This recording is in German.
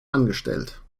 angestellt